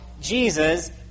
Jesus